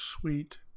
sweet